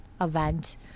event